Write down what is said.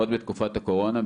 עוד בתקופת הקורונה,